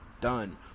done